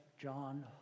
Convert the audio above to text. John